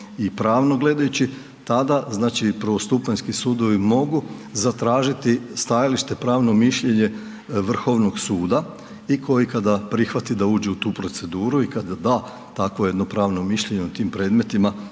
i pravno gledajući tada prvostupanjski sudovi mogu zatražiti stajalište, pravno mišljenje Vrhovnog suda i koji kada prihvati da uđe u tu proceduru i kada da takvo jedno pravno mišljenje u tim predmetima